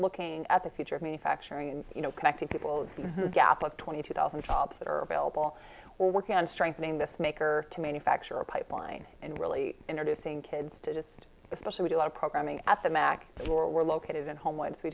looking at the future of me factoring in you know connecting people gap of twenty two thousand jobs that are available or working on strengthening this maker to manufacture a pipeline and really introducing kids to just especially do our programming at the mac or were located in home once we